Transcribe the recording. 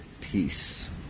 peace